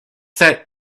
set